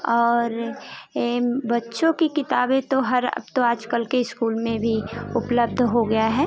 और ये बच्चों कि किताबें तो हर अब तो आजकल के इस्कूल में भी उपलब्ध हो गया है